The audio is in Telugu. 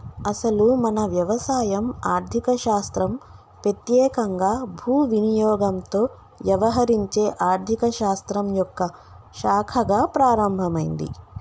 అసలు మన వ్యవసాయం ఆర్థిక శాస్త్రం పెత్యేకంగా భూ వినియోగంతో యవహరించే ఆర్థిక శాస్త్రం యొక్క శాఖగా ప్రారంభమైంది